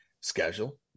schedule